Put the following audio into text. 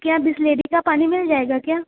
क्या बिस्लेरी का पानी मिल जाएगा क्या